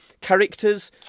characters